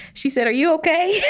she said, are you ok?